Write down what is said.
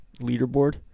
leaderboard